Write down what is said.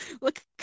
Look